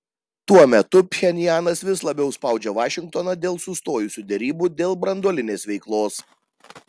tuo metu pchenjanas vis labiau spaudžia vašingtoną dėl sustojusių derybų dėl branduolinės veiklos